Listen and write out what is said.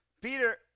Peter